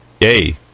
Yay